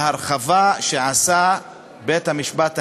ההרחבה שעשה בית-המשפט העליון,